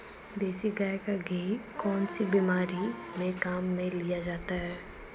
देसी गाय का घी कौनसी बीमारी में काम में लिया जाता है?